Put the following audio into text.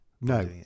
no